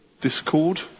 discord